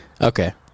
Okay